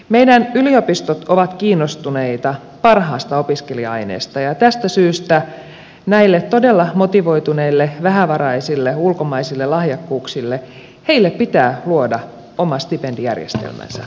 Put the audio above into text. meidän yliopistot ovat kiinnostuneita parhaasta opiskelija aineksesta ja tästä syystä näille todella motivoituneille vähävaraisille ulkomaisille lahjakkuuksille pitää luoda oma stipendijärjestelmänsä